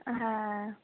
হ্যাঁ